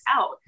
out